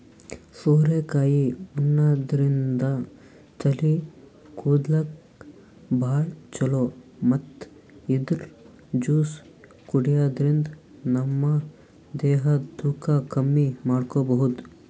ಸೋರೆಕಾಯಿ ಉಣಾದ್ರಿನ್ದ ತಲಿ ಕೂದಲ್ಗ್ ಭಾಳ್ ಛಲೋ ಮತ್ತ್ ಇದ್ರ್ ಜ್ಯೂಸ್ ಕುಡ್ಯಾದ್ರಿನ್ದ ನಮ ದೇಹದ್ ತೂಕ ಕಮ್ಮಿ ಮಾಡ್ಕೊಬಹುದ್